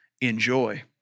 enjoy